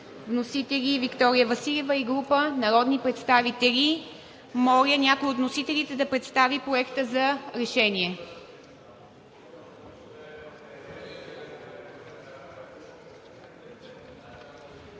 Вносители – Виктория Василева и група народни представители. Моля някой от вносителите да представи Проекта за решение.